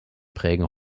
prägen